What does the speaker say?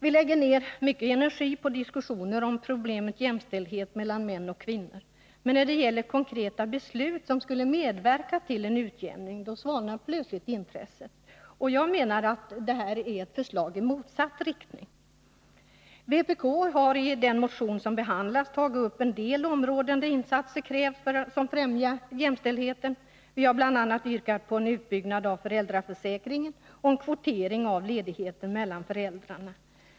Vi lägger ner mycket energi på diskussioner om problemet jämställdhet a mellan män och kvinnor, men när det gäller konkreta beslut som skulle medverka till en utjämning svalnar plötsligt intresset. Jag menar att propositionens förslag går i motsatt riktning. I vpk-motionen har det tagits upp en del områden där insatser krävs som främjar jämställdheten. Vi har bl.a. yrkat på en utbyggnad av föräldraförsäkringen och kvotering av ledigheten mellan föräldrarna.